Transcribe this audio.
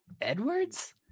Edwards